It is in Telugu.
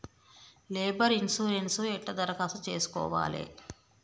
లేబర్ ఇన్సూరెన్సు ఎట్ల దరఖాస్తు చేసుకోవాలే?